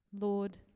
Lord